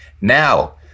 Now